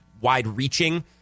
wide-reaching